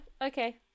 Okay